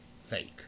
fake